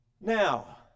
Now